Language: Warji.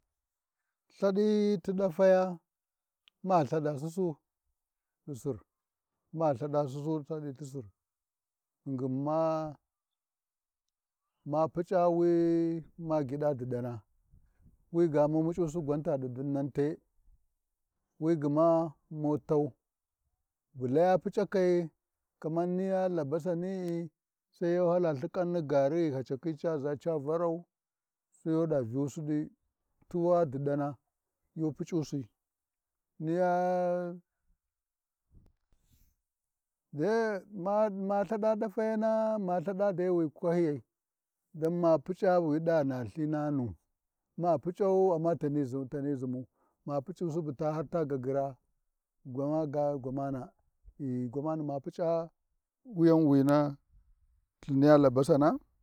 Lthaɗi ti ɗafaya, ma Lthaɗa Sussuɗi Sir, ma Lthaɗa Sussu Lthaɗi ti Sir, ghinghin ma puc’a wi ma gyiɗa diɗana, wi ga mu muc’usi gwan ta ɗi dinnan te, wi gma mu tau, bu laya puc’a kui kamar niya albasani’i sai yu hala Lthikarni gaari ghi haccakho, ndaka khiya ʒa ca varau, Sai yuɗa Vyusi ɗi, tuna diɗina, yu puc’usi, niya de ma Lthaɗa ɗafayana ma Lthaɗa dai wi kwahyiyai, don ma puc’a wi Lthaɗa dai wi dava na Lthinu, ma puc’au, amma tani zumu, ma pucu'su bu har ta guiraa gwama ga gwamanghi gwamani ma puc’a wuyan wine Lthin niya albasana.